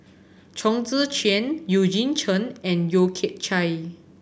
Chong Tze Chien Eugene Chen and Yeo Kian Chye